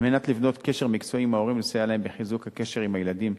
על מנת לבנות קשר מקצועי עם ההורים ולסייע להם בחיזוק הקשר עם הילדים,